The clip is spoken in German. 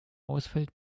ausfällt